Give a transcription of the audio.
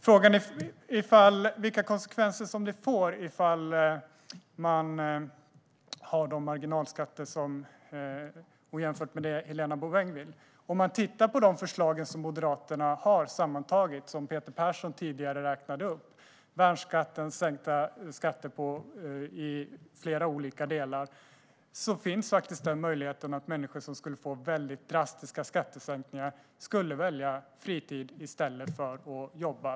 Jag ska ta upp frågan om vilka konsekvenser det får om man har dessa marginalskatter jämfört med dem Helena Bouveng vill ha. Om man tittar på de förslag som Moderaterna har sammantaget och som Peter Persson tidigare räknade upp - värnskatten och sänkta skatter i flera olika delar - ser man att det finns en möjlighet att människor som skulle få drastiska skattesänkningar skulle välja fritid i stället för att jobba.